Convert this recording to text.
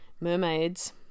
mermaids